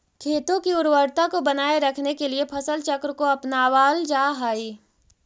खेतों की उर्वरता को बनाए रखने के लिए फसल चक्र को अपनावल जा हई